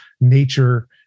nature